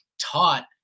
taught